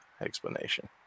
explanation